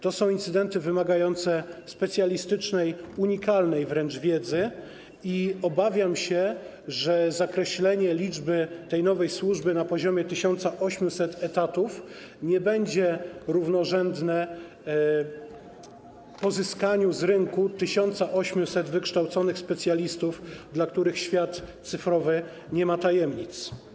To są incydenty wymagające specjalistycznej, unikalnej wręcz wiedzy i obawiam się, że zakreślenie liczby pracowników tej nowej służby na poziomie 1800 etatów nie będzie równorzędne z pozyskaniem z rynku 1800 wykształconych specjalistów, dla których świat cyfrowy nie ma tajemnic.